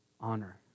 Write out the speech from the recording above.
honor